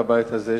בבית הזה,